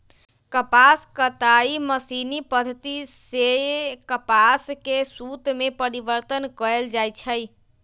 कपास कताई मशीनी पद्धति सेए कपास के सुत में परिवर्तन कएल जाइ छइ